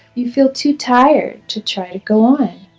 you feel too tired to try to go on.